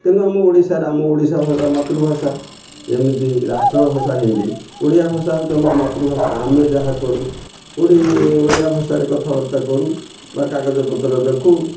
କିନ୍ତୁ ଆମ ଓଡ଼ିଶାରେ ଆମ ଓଡ଼ିଶାଭାଷା ମାତୃଭାଷା ଏମିତି ରାଷ୍ଟ୍ର ଭାଷା ହିନ୍ଦୀ ଓଡ଼ିଆଭାଷା ହେଉଛି ଆମର ମାତୃଭାଷା ଆମେ ଯାହା କରୁ ଓଡ଼ିଆଭାଷାରେ କଥାବାର୍ତ୍ତା କରୁ ବା କାଗଜପତ୍ର ଲେଖୁ